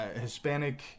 Hispanic